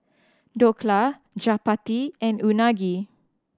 Dhokla Chapati and Unagi